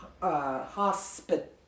hospital